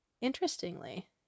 Interestingly